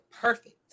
perfect